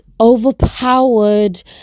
overpowered